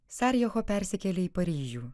sarijecho persikėlė į paryžių